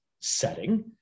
setting